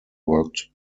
worked